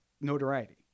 Notoriety